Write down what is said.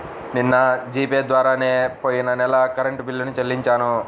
నిన్న G Pay ద్వారానే పొయ్యిన నెల కరెంట్ బిల్లుని చెల్లించాను